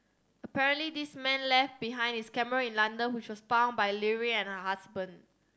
apparently this man left behind his camera in London which was found by Leary and her husband